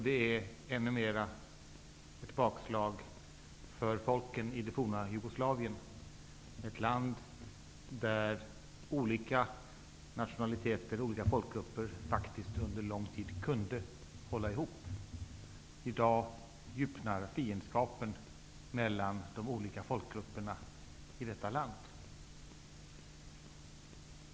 Det är ännu mer ett bakslag för folken i det forna Jugoslavien, ett land där olika nationaliteter och folkgrupper under lång tid kunde hålla ihop. I dag djupnar fiendskapen mellan de olika folkgrupperna i detta land.